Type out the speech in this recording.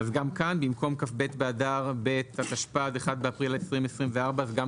יבוא כ"ב באדר ב' התשפ"ד (1 באפריל 2024). אז גם